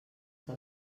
que